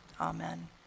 Amen